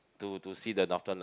to to see the doctor like